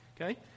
Okay